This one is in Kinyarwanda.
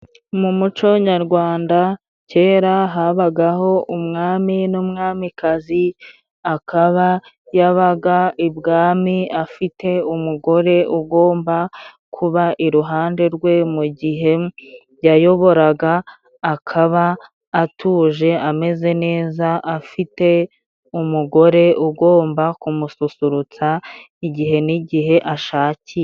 Mu muco nyarwanda kera habagaho umwami n'umwamikazi akaba yabaga ibwami afite umugore ugomba kuba iruhande rwe mu gihe yayoboraga akaba atuje ameze neza afite umugore ugomba kumususurutsa igihe n'igihe ashakiye.